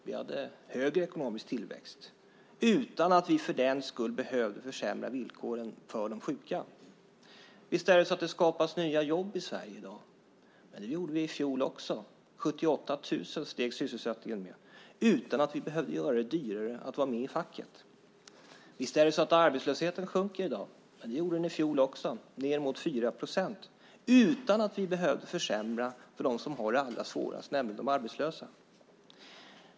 Vi hade högre ekonomisk tillväxt - utan att vi för den skull behövde försämra villkoren för de sjuka. Visst skapas det nya jobb i Sverige i dag. Det gjorde det i fjol också. Sysselsättningen steg med 78 000 personer utan att vi behövde göra det dyrare att vara med i facket. Visst sjunker arbetslösheten i dag. Men det gjorde den i fjol också. Den sjönk ned mot 4 procent utan att vi behövde försämra för dem som har det allra svårast, nämligen de arbetslösa.